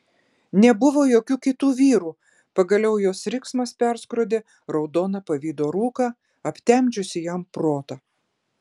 nebuvo jokių kitų vyrų pagaliau jos riksmas perskrodė raudoną pavydo rūką aptemdžiusį jam protą